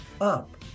up